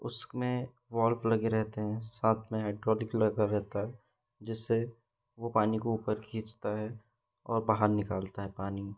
उसमें वॉल्फ़ लगे रहते हैं साथ में हाइड्रोलिक लगा रहता है जिससे वो पानी को ऊपर खींचता है और बाहर निकालता है पानी